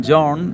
John